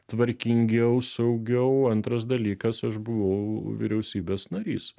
tvarkingiau saugiau antras dalykas aš buvau vyriausybės narys